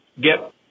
get